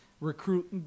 recruit